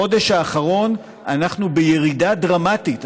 בחודש האחרון אנחנו בירידה דרמטית.